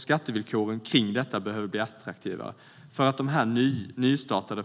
Skattevillkoren för detta behöver bli attraktivare för att dessa nystartade